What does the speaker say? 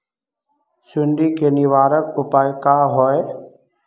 सुंडी के निवारक उपाय का होए?